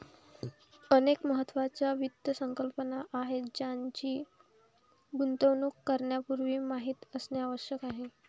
अनेक महत्त्वाच्या वित्त संकल्पना आहेत ज्यांची गुंतवणूक करण्यापूर्वी माहिती असणे आवश्यक आहे